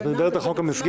את מדברת על חוק המסגרת?